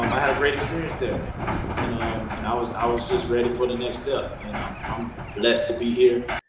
um i had a great experience there and um and i was i was just ready for the next step. you know i'm blessed to be here,